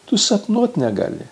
tu sapnuot negali